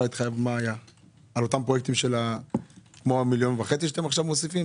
על אותם פרויקטים כמו ה-1.5 מיליון שקל שאתם מוסיפים עכשיו?